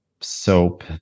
soap